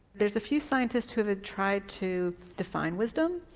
there's a few scientists who have ah tried to define wisdom,